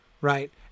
right